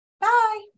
Bye